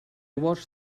watched